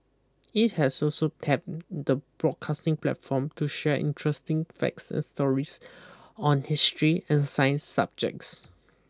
it has so so tapped the broadcasting platform to share interesting facts and stories on history and science subjects